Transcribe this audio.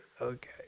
Okay